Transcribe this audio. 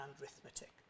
arithmetic